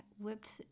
whipped